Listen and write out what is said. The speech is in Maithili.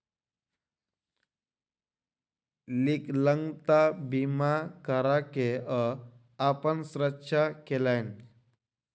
विकलांगता बीमा करा के ओ अपन सुरक्षा केलैन